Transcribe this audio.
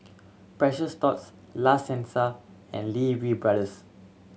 Precious Thots La Senza and Lee Wee Brothers